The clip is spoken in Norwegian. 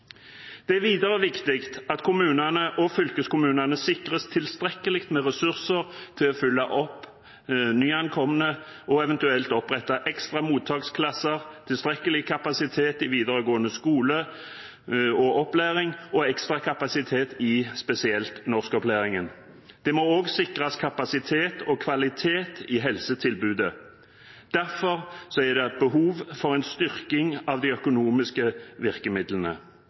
Det er videre viktig at kommunene og fylkeskommunene sikres tilstrekkelig med ressurser til å følge opp nyankomne og eventuelt opprette ekstra mottaksklasser, tilstrekkelig kapasitet i videregående skole og opplæring, og ekstra kapasitet i spesielt norskopplæringen. Det må også sikres kapasitet og kvalitet i helsetilbudet, og derfor er det behov for en styrking av de økonomiske virkemidlene.